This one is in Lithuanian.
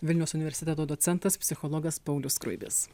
vilniaus universiteto docentas psichologas paulius skruibis